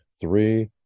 Three